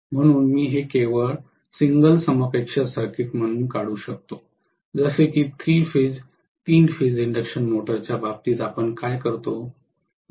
म्हणून मी हे केवळ सिंगल समकक्ष सर्किट म्हणून काढू शकतो जसे की तीन फेज इंडक्शन मोटरच्या बाबतीत आपण काय करतो